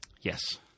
Yes